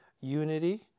unity